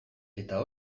eta